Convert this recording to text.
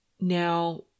Now